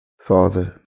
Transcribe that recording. Father